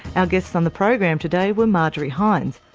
our guests on the program today were marjorie heins,